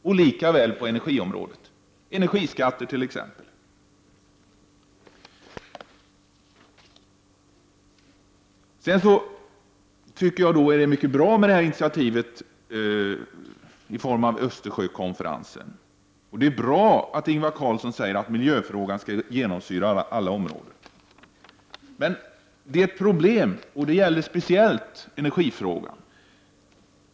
Det förhåller sig likadant med energiområdet, t.ex. energiskatter. Jag tycker att det är bra att det har tagits initiativ, t.ex. Östersjökonferensen. Det är bra att Ingvar Carlsson säger att miljöfrågan skall genomsyra alla områden. Men det finns ett problem, framför allt när det gäller energifrågan.